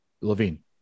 Levine